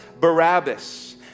Barabbas